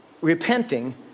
repenting